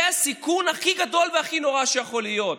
הסיכון הכי גדול והכי נורא שיכול להיות.